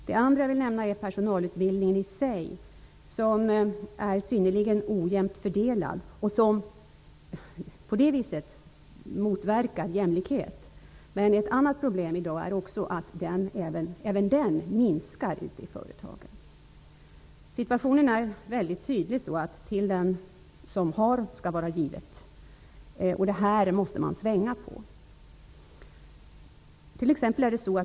Det andra jag vill nämna inom detta område är personalutbildningen i sig, som är synnerligen ojämnt fördelad och som på det viset motverkar jämlikhet. Ett annat problem i dag är att även den minskar ute i företagen. Situationen är väldigt tydlig: Till den som har skall vara givet. Det måste man svänga på.